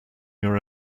your